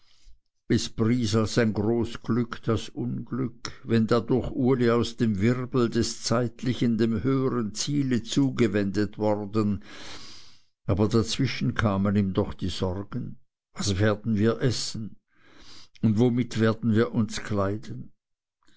pries als ein groß glück das unglück wenn dadurch uli aus dem wirbel des zeitlichen dem höhern ziele zugewendet worden aber dazwischen kamen ihm doch die sorgen was werden wir essen und womit werden wir uns kleiden